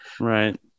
Right